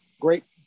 Great